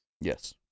Yes